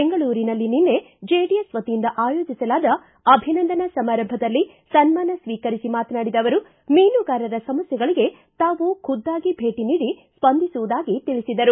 ಬೆಂಗಳೂರಿನಲ್ಲಿ ನಿನ್ನೆ ಚೆಡಿಎಸ್ ವತಿಯಿಂದ ಆಯೋಜಿಸಲಾದ ಅಭಿನಂದನಾ ಸಮಾರಂಭದಲ್ಲಿ ಸನ್ನಾನ ಸ್ವೀಕರಿಸಿ ಮಾತನಾಡಿದ ಅವರು ಮೀನುಗಾರರ ಸಮಸ್ಥೆಗಳಿಗೆ ತಾವು ಖುದ್ದಾಗಿ ಭೇಟ ನೀಡಿ ಸ್ವಂದಿಸುವುದಾಗಿ ತಿಳಿಸಿದರು